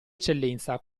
eccellenza